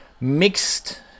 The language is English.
mixed